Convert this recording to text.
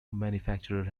manufacturer